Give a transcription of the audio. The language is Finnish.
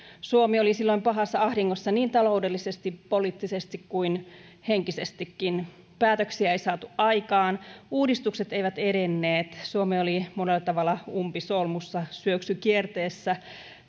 suomi oli silloin pahassa ahdingossa niin taloudellisesti poliittisesti kuin henkisestikin päätöksiä ei saatu aikaan uudistukset eivät edenneet suomi oli monella tavalla umpisolmussa syöksykierteessä